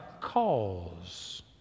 cause